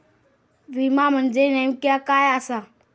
विमा म्हणजे नेमक्या काय आसा?